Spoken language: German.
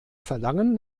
verlangen